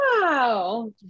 Wow